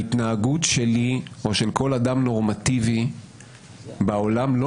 ההתנהגות שלי או של כל אדם נורמטיבי בעולם לא